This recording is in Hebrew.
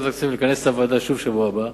ועדת הכספים לכנס את הוועדה שוב בשבוע הבא,